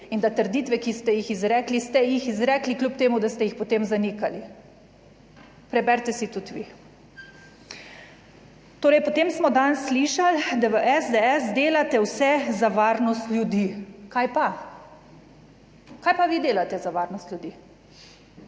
In, da trditve, ki ste jih izrekli, ste jih izrekli, kljub temu, da ste jih potem zanikali. Preberite si tudi vi. Torej, potem smo danes slišali, da v SDS delate vse za varnost ljudi. Kaj pa? Kaj pa vi delate za varnost ljudi,